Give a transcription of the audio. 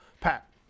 Pat